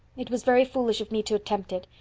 it was very foolish of me to attempt it.